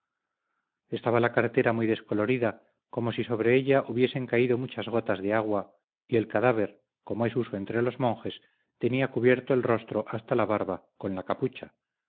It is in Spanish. estaba la cartera muy descolorida como si sobre ella hubiesen caído muchas gotas de agua y el cadáver como es uso entre los monjes tenía cubierto el rostro hasta la barba con la capucha